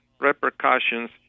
repercussions